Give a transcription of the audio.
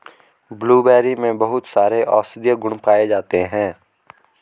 blueberry में बहुत सारे औषधीय गुण पाये जाते हैं